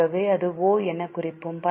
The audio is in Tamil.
ஆகவே அதை ஓ எனக் குறிப்போம்